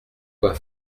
quoi